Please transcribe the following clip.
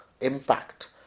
impact